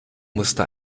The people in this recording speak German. musste